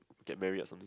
get married or something